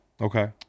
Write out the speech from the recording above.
Okay